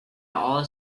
all